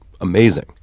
amazing